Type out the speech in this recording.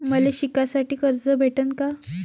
मले शिकासाठी कर्ज भेटन का?